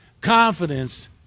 Confidence